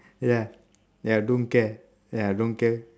ya ya I don't care ya I don't care